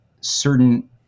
certain